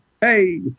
hey